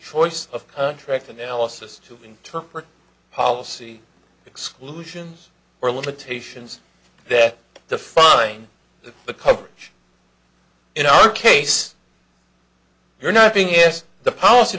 choice of contract analysis to interpret policy exclusions or limitations that define the coverage in our case they're not being asked the policy